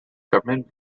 government